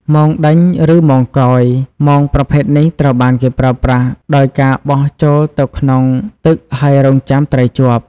មងដេញ ឬមងកោយ មងប្រភេទនេះត្រូវបានគេប្រើប្រាស់ដោយការបោះចូលទៅក្នុងទឹកហើយរង់ចាំត្រីជាប់។